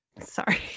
sorry